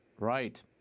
Right